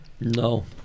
No